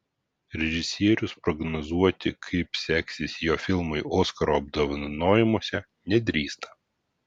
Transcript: režisierius prognozuoti kaip seksis jo filmui oskaro apdovanojimuose nedrįsta